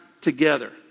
together